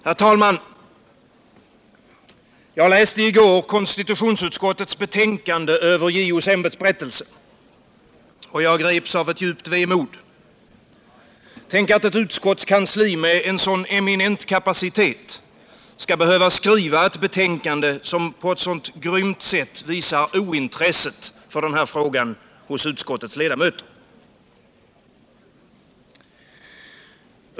Herr talman! Jag läste i går konstitutionsutskottets betänkande över JO:s ämbetsberättelse. Och jag greps av djupt vemod. Tänk att ett utskottskansli med sådan eminent kapacitet skall behöva skriva ett betänkande som på ett så grymt sätt visar ointresset för den här frågan hos utskottets ledamöter!